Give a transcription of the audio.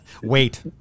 wait